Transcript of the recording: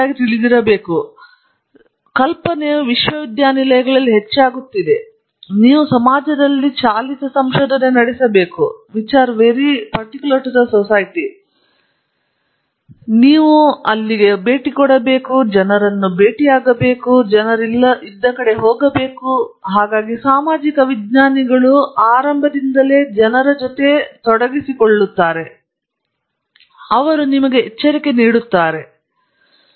ಆದ್ದರಿಂದ ಈ ಕಲ್ಪನೆಯು ವಿಶ್ವವಿದ್ಯಾನಿಲಯಗಳಲ್ಲಿ ಹೆಚ್ಚಾಗುತ್ತಿದೆ ನೀವು ಸಮಾಜದಲ್ಲಿ ಚಾಲಿತ ಸಂಶೋಧನೆ ನಡೆಸಬೇಕು ಅಲ್ಲಿ ನೀವು ಕೆಲಸ ಮಾಡುತ್ತಿದ್ದೇವೆ ಅಲ್ಲಿಗೆ ಹೋಗುವುದು ಜನರಿಗೆ ಅಲ್ಲಿಗೆ ಹೋಗುವುದು ಆದ್ದರಿಂದ ಸಾಮಾಜಿಕ ವಿಜ್ಞಾನಿಗಳು ಸಹ ಆರಂಭದಲ್ಲಿಯೇ ತೊಡಗಿಸಿಕೊಂಡಿದ್ದಾರೆ ಮತ್ತು ಅವರು ನಿಮಗೆ ಎಚ್ಚರಿಕೆ ನೀಡುತ್ತಾರೆ ಇದು ಪರಿಣಾಮಗಳಿಗೆ ಕಾರಣವಾಗಬಹುದು